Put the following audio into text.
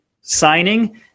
signing